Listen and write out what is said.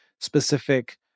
specific